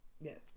yes